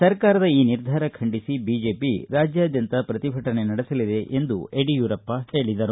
ಸರ್ಕಾರದ ಈ ನಿರ್ಧಾರ ಖಂಡಿಸಿ ಬಿಜೆಪಿ ರಾಜ್ಯಾದ್ಯಂತ ಪ್ರತಿಭಟನೆ ನಡೆಸಲಿದೆ ಎಂದು ಯಡಿಯೂರಪ್ಪ ಹೇಳಿದರು